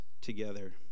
together